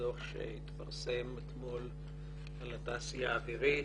הדוח שהתפרסם אתמול על התעשייה האווירית,